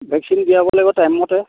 vaccine দিয়াব লাগিব টাইমমতে